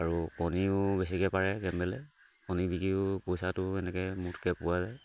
আৰু কণীও বেছিকে পাৰে কেম্বেলে কণী বিকিও পইচাটো এনেকে মুঠকে পোৱা যায়